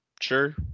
sure